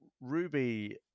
Ruby